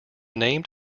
named